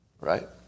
Right